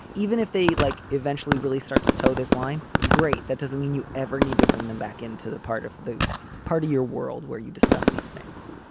even if they like, eventually really start to toe this line. great. that doesn't mean you ever need to bring them back into the part of the part of your world where you discuss these things,